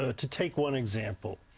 ah to take one example,